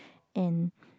and